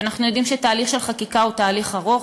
ואנחנו יודעים שתהליך של חקיקה הוא תהליך ארוך,